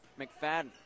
McFadden